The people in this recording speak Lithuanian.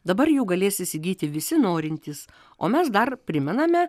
dabar jų galės įsigyti visi norintys o mes dar primename